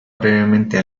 brevemente